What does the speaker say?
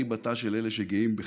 אני בתא של אלה שגאים בך,